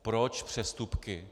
Proč přestupky?